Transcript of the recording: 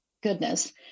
goodness